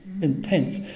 Intense